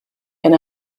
and